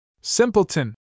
Simpleton